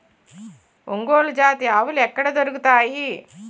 ఒంగోలు జాతి ఆవులు ఎక్కడ దొరుకుతాయి?